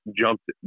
jumped